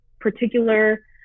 particular